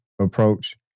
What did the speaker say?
approach